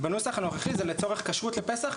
ובנוסח הנוכחי זה לצורך כשרות לפסח,